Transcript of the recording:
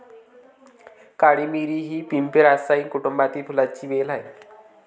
काळी मिरी ही पिपेरासाए कुटुंबातील फुलांची वेल आहे